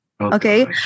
Okay